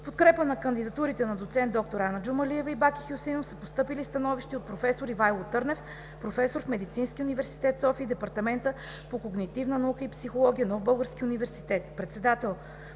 В подкрепа на кандидатурите на доцент д-р Ана Джумалиева и Баки Хюсеинов са постъпили становища от проф. д-р Ивайло Търнев – професор в Медицинския университет – София, и Департамента по когнитивна наука и психология, Нов български университет,